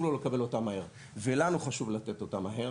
לו לקבל אותה מהר ולנו חשוב לתת אותה מהר,